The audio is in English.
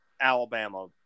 Alabama